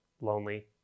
lonely